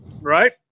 Right